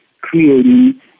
creating